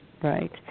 Right